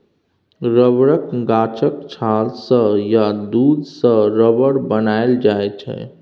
रबरक गाछक छाल सँ या दुध सँ रबर बनाएल जाइ छै